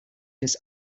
this